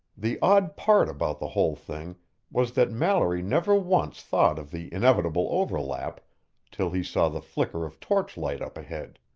the odd part about the whole thing was that mallory never once thought of the inevitable overlap till he saw the flicker of torchlight up ahead.